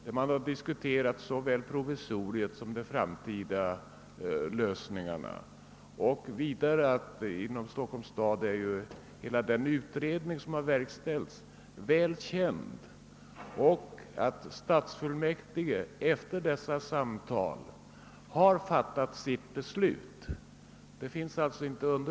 Vi har diskuterat såväl provisoriet som de framtida lösningarna. Vidare är den'utredning som har verkställts väl känd av Stockholms stad. Efter dessa samtal har Stockholms stadsfullmäktige fattat sitt beslut.